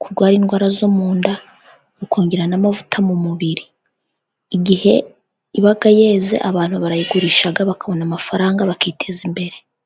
kurwara indwara zo mu nda, rukongera n'amavuta mu mubiri. Igihe iba yeze abantu barayigurisha bakabona amafaranga bakiteza imbere.